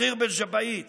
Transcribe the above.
בח'רבת ג'בעית